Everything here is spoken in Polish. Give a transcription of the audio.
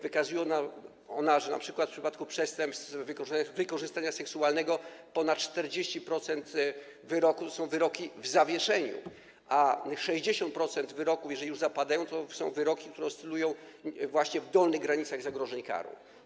Wykazuje ona, że np. w przypadku przestępstw wykorzystania seksualnego ponad 40% wyroków to są wyroki w zawieszeniu, a 60% wyroków, jeżeli one już zapadają, to są wyroki, które oscylują właśnie w dolnych granicach zagrożenia karą.